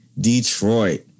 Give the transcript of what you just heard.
Detroit